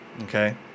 Okay